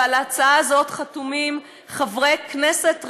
ועל ההצעה הזאת חתומים חברי כנסת רבים,